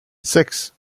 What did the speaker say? six